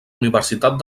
universitat